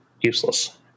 useless